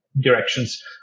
directions